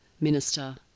minister